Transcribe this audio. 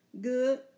good